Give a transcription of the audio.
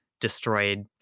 destroyed